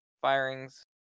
firings